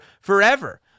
forever